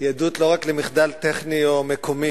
היא עדות לא רק למחדל טכני או מקומי,